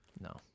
No